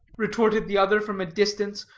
retorted the other from a distance,